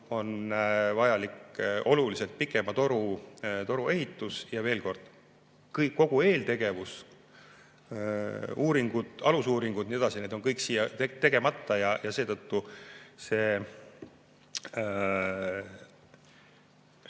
vajalik oluliselt pikema toru ehitus. Veel kord: kogu eeltegevus – uuringud, alusuuringud ja nii edasi – on kõik siin tegemata, seetõttu see